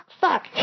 fuck